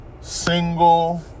single